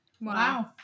Wow